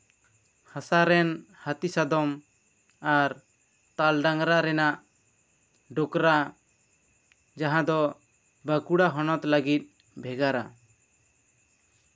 ᱦᱟᱥᱟ ᱨᱮᱱ ᱦᱟᱹᱛᱤ ᱥᱟᱫᱚᱢ ᱟᱨ ᱛᱟᱞ ᱰᱟᱝᱨᱟ ᱨᱮᱱᱟᱜ ᱰᱳᱠᱨᱟ ᱡᱟᱦᱟᱸ ᱫᱚ ᱵᱷᱟᱸᱠᱩᱲᱟ ᱦᱚᱱᱚᱛ ᱞᱟᱹᱜᱤᱫ ᱵᱷᱮᱜᱟᱨᱟ